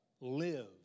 live